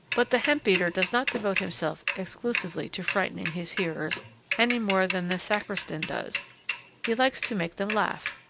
but the hemp-beater does not devote himself exclusively to frightening his hearers any more than the sacristan does he likes to make them laugh,